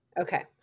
Okay